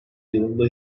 yılında